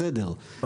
זה בסדר,